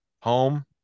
home